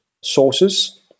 sources